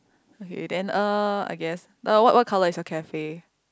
okay then uh I guess the what what colour is your cafe